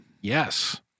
Yes